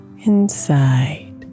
inside